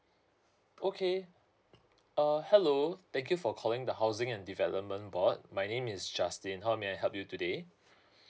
okay uh hello thank you for calling the housing and development board my name is justin how may I help you today